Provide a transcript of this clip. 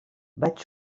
vaig